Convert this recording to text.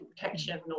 protection